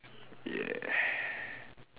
ya